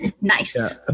Nice